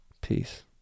Peace